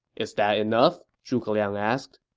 is that enough? zhuge liang asked